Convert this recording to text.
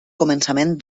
començament